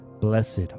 blessed